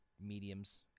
mediums